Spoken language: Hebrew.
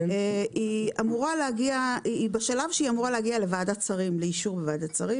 היא בשלב שהיא אמורה להגיע לאישור בוועדת שרים.